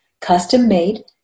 custom-made